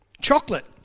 Chocolate